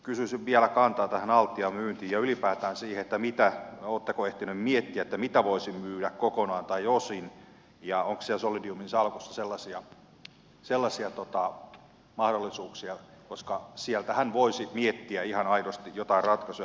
kysyisin vielä kantaa tähän altian myyntiin ja ylipäätään siihen oletteko ehtinyt miettiä mitä voisi myydä kokonaan tai osin ja onko siellä solidiumin salkussa sellaisia mahdollisuuksia koska sieltähän voisi miettiä ihan aidosti jotain ratkaisuja